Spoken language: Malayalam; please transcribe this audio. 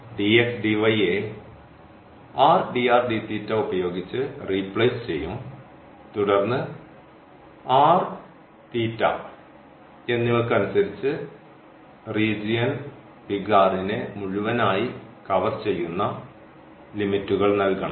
dx dy യെ r dr dθ ഉപയോഗിച്ച് റിപ്ലേസ് ചെയ്യും തുടർന്ന് എന്നിവയ്ക്കു അനുസരിച്ച് റീജിയൻ നെ മുഴുവനായി കവർ ചെയ്യുന്ന ലിമിറ്റ്കൾ നൽകണം